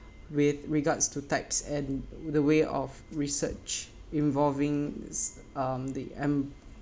with regards to types and the way of research involving is um the